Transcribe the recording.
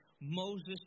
Moses